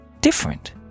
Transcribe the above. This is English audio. different